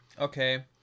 Okay